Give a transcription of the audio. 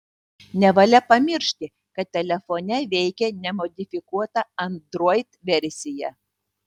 nevalia pamiršti kad telefone veikia nemodifikuota android versija